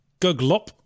Guglop